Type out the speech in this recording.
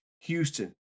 Houston